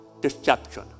deception